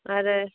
आरो